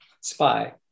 spy